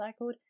recycled